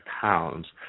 pounds